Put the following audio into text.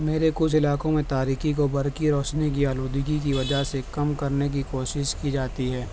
میرے کچھ علاقوں میں تاریکی کو برقی روشنی کی آلودگی کی وجہ سے کم کرنے کی کوشش کی جاتی ہے